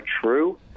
true